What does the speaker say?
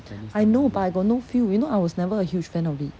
I know but I got no feel you know I was never a huge fan of it